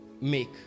make